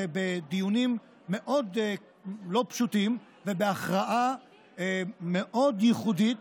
ובדיונים מאוד לא פשוטים ובהכרעה מאוד ייחודית,